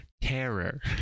terror